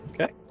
Okay